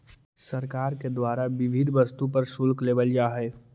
सरकार के द्वारा विविध वस्तु पर शुल्क लेवल जा हई